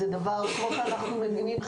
כמו שאנחנו מבינים,